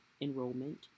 enrollment